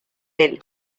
del